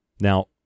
Now